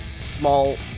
small